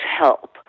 help